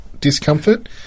discomfort